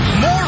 more